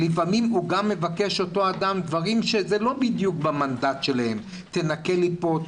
לפעמים מבקש אותו אדם דברים שהם שלא בדיוק במנדט שלהם כמו תנקה לי פה,